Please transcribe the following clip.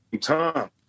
time